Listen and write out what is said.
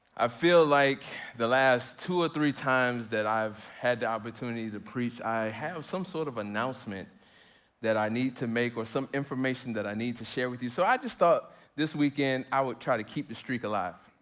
i feel like the last two or three times that i've had the opportunity to preach, i have some sort of announcement that i need to make or some information that i need to share with you. so i just thought this weekend i would try to keep the streak alive.